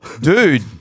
Dude